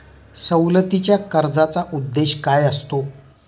सवलतीच्या कर्जाचा उद्देश काय असतो?